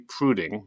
Pruding